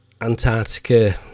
Antarctica